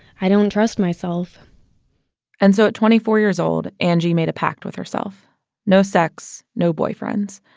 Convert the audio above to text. i don't trust myself and so at twenty four years old, angie made a pact with herself no sex, no boyfriends.